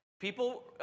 People